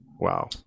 Wow